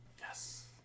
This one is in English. Yes